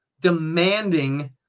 demanding